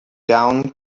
down